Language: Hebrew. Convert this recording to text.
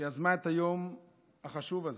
שיזמה את היום החשוב הזה.